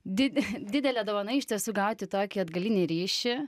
dide didelė dovana iš tiesų gauti tokį atgalinį ryšį